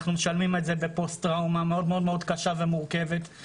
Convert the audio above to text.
אנחנו משלמים את זה בפוסט טראומה מאוד קשה ומורכבת.